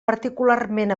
particularment